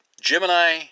Gemini